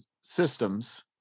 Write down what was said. systems